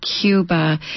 Cuba